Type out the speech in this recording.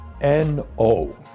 N-O